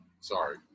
sorry